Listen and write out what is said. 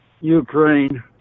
Ukraine